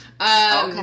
Okay